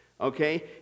okay